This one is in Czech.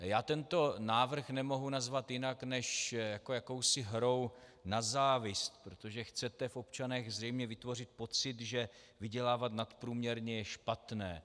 Já tento návrh nemohu nazvat jinak než jako jakousi hrou na závist, protože chcete v občanech zřejmě vytvořit pocit, že vydělávat nadprůměrně je špatné.